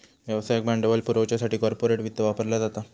व्यवसायाक भांडवल पुरवच्यासाठी कॉर्पोरेट वित्त वापरला जाता